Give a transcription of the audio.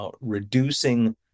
reducing